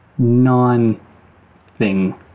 non-thing